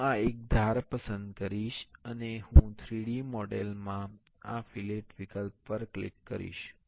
હું આ એક ધાર પસંદ કરીશ અને હું 3D મોડેલ માં આ ફિલેટ વિકલ્પ પર ક્લિક કરીશ